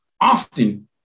Often